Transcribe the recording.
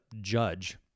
judge